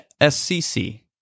SCC